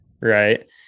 right